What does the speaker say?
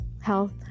health